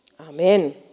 Amen